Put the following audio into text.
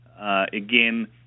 again